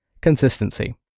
consistency